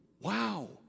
Wow